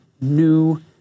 new